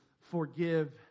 forgive